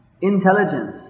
Intelligence